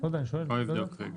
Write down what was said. אפשר לבדוק.